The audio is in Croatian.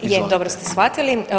Je dobro ste shvatili.